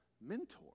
mentor